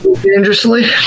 Dangerously